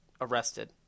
arrested